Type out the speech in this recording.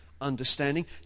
understanding